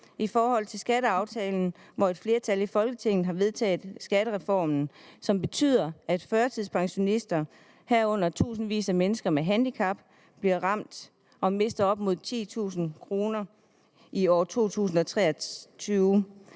tilbage til skatteaftalen og til det, at et flertal i Folketinget har vedtaget en skattereform, som betyder, at førtidspensionister, herunder tusindvis af mennesker med et handicap, bliver ramt og mister op mod 10.000 kr. i 2023.